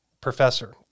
professor